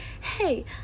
hey